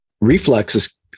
reflexes